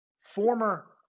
former